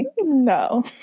no